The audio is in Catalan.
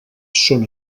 són